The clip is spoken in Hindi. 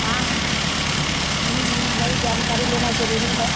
हाँ हाँ नहीं जानकारी लेना ज़रूरी है